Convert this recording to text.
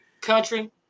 Country